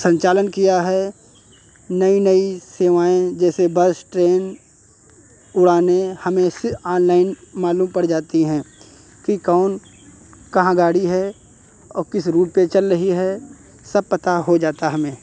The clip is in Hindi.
संचालन किया है नई नई सेवाएँ जैसे बस ट्रेन उड़ानें हमें इससे ऑनलाइन मालूम पड़ जाती हैं कि कौन कहाँ गाड़ी है और किस रूट पे चल रही है सब पता हो जाता हमें